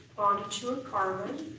to a carbon.